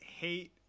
hate